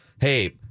hey